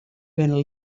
binne